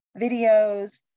videos